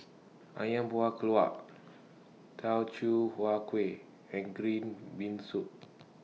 Ayam Buah Keluak Teochew Huat Kuih and Green Bean Soup